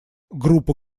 группа